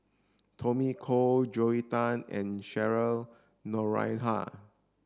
Tommy Koh Joel Tan and Cheryl Noronha